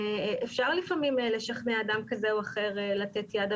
אפשר לפעמים לשכנע אדם כזה או אחר לתת יד,